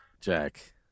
Jack